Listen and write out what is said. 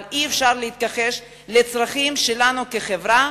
אבל אי-אפשר להתכחש לצרכים שלנו כחברה,